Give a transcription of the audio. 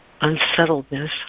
unsettledness